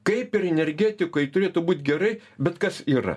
kaip ir energetikoj turėtų būt gerai bet kas yra